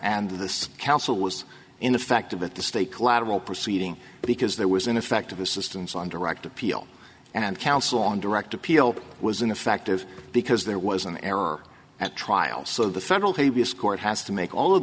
and this counsel was in effect of at the state collateral proceeding because there was ineffective assistance on direct appeal and counsel on direct appeal was in effect of because there was an error at trial so the federal court has to make all of